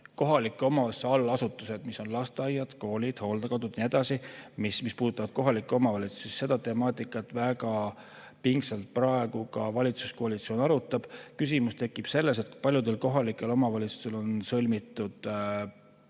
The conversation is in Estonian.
kohalike omavalitsuste allasutusi, mis on lasteaiad, koolid, hooldekodud ja nii edasi, siis seda temaatikat väga pingsalt praegu ka valitsuskoalitsioon arutab. Küsimus tekib sellest, et paljudel kohalikel omavalitsustel on sõlmitud